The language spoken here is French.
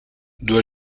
dois